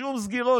שום סגירות,